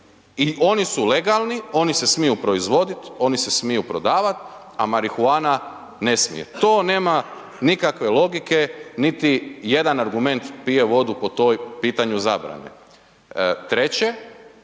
i oni su legalni, oni se smiju proizvodit, oni se smiju prodavat, a marihuana ne smije, to nema nikakve logike, niti jedan argument pije vodu po toj pitanju zabrane. Treće,